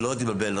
שלא תתבלבל,